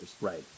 Right